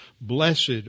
blessed